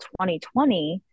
2020